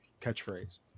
catchphrase